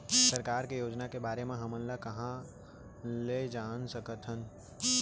सरकार के योजना के बारे म हमन कहाँ ल जान सकथन?